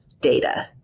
data